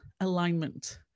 alignment